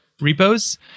Repos